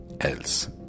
else